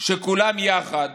שכולן יחד